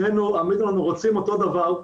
אנחנו רוצים אותו דבר,